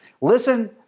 Listen